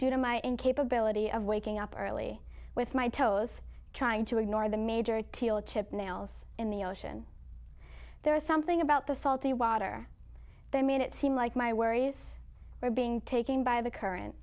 due to my incapability of waking up early with my toes trying to ignore the major teal chippendales in the ocean there was something about the salty water then made it seem like my worries were being taken by the current